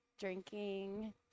drinking